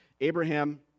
Abraham